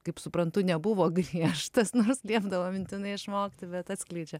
kaip suprantu nebuvo griežtas nors liepdavo mintinai išmokti bet atskleidžia